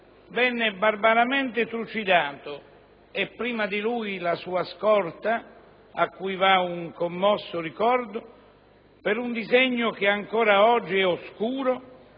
venne barbaramente trucidato, e prima di lui la sua scorta, cui va un commosso ricordo, per un disegno che ancora oggi è oscuro,